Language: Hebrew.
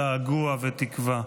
געגוע ותקווה.